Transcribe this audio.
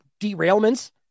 derailments